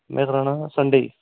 में कराना हा संडे गी